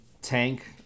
Tank